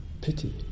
pity